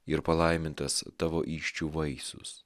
ir palaimintas tavo įsčių vaisius